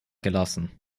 gelassen